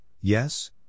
yes